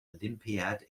olympiad